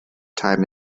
time